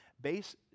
Base